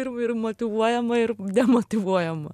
ir ir motyvuojama ir demotyvuojama